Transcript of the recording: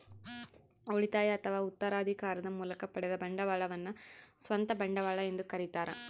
ಉಳಿತಾಯ ಅಥವಾ ಉತ್ತರಾಧಿಕಾರದ ಮೂಲಕ ಪಡೆದ ಬಂಡವಾಳವನ್ನು ಸ್ವಂತ ಬಂಡವಾಳ ಎಂದು ಕರೀತಾರ